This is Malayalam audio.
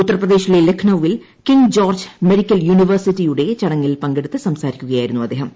ഉത്തർപ്രദേശിലെ ലക്നൌവിൽ കിങ് ജോർജ് മെഡിക്കൽ യൂണിവേഴ്സിറ്റിയുടെ ചടങ്ങിൽ പങ്കെടുത്ത് സംസാരിക്കുകയായിരുന്നു അദ്ദേഹം